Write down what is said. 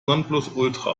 nonplusultra